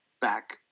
back